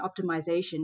optimization